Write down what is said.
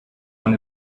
one